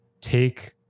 take